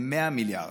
ל-100 מיליארד,